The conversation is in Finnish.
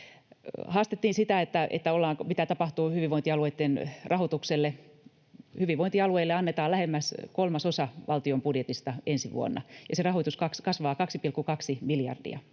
hyvinvointialueitten rahoitukselle. Hyvinvointialueille annetaan lähemmäs kolmasosa valtion budjetista ensi vuonna, ja se rahoitus kasvaa 2,2 miljardia